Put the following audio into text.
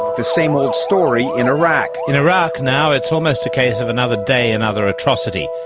the same old story in iraq. in iraq now it's almost a case of another day, another atrocity.